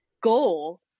goal